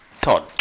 Todd